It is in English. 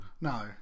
No